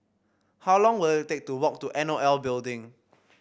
how long will it take to walk to N O L Building